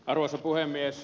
arvoisa puhemies